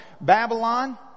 Babylon